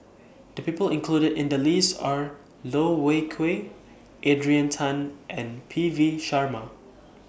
The People included in The list Are Loh Wai Kiew Adrian Tan and P V Sharma